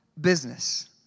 business